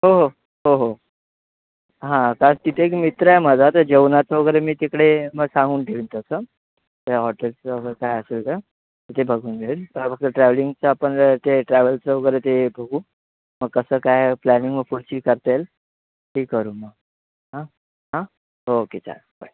हो हो हो हो हां तर आज तिथे एक मित्र आहे माझं तर जेवणाचं वगैरे मी तिकडे मग सांगून ठेवीन तसं त्या हॉटेल्सचं काय असेल तर ते बघून घेईल ट्रॅवलिंगचं आपण ते ट्रॅवल्सचं वगैरे ते बघू मग कसं काय प्लॅनिंग मग कुठची करता येईल ती करू मग हां आं ओके चल बाय